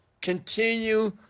Continue